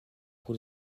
pour